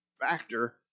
factor